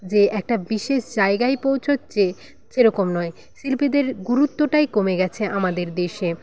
যে একটা বিশেষ জায়গায় পৌঁছচ্ছে সেরকম নয় শিল্পীদের গুরুত্বটাই কমে গিয়েছে আমাদের দেশে